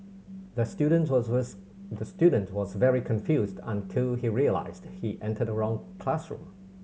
the student was the student was very confused until he realised he entered the wrong classroom